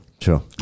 Sure